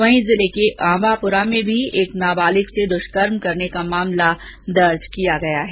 वहीं जिले के आंबापुरा में भी एक नाबालिग से दुष्कर्म करने का मामला दर्ज किया गया है